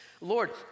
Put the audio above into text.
Lord